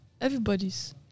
Everybody's